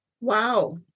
Wow